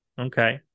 Okay